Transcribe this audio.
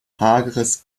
hageres